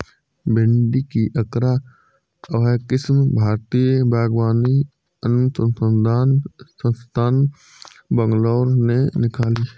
भिंडी की अर्का अभय किस्म भारतीय बागवानी अनुसंधान संस्थान, बैंगलोर ने निकाली